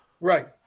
Right